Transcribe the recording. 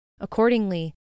Accordingly